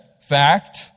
fact